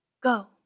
Go